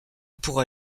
pourra